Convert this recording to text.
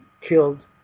killed